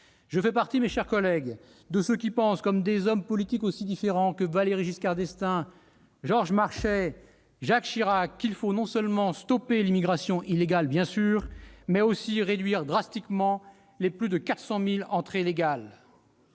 Je fais partie, mes chers collègues, de ceux qui pensent, comme des hommes politiques aussi différents que Valéry Giscard d'Estaing, Georges Marchais ou Jacques Chirac, qu'il faut non seulement arrêter l'immigration illégale, bien sûr, mais aussi réduire drastiquement les plus de 400 000 entrées légales.